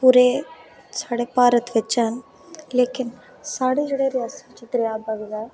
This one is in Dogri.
पूरे साढ़े भारत बिच लेकिन साढ़े जेह्ड़ा रियासी च दरेआ बगदा ऐ